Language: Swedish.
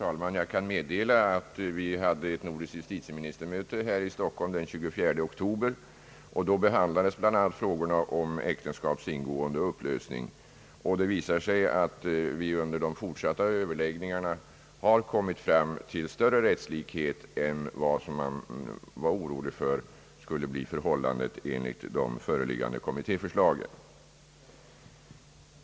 Herr talman! Vi hade ett nordiskt justitieministermöte i Stockholm den 24 oktober, och då behandlades bl.a. frågorna om äktenskaps ingående och upplösning. Det visade sig att vi under de fortsatta överläggningarna kommit fram till större rättslikhet än vi hade vågat hoppas på när vi tog del av de olika kommittéförslagen.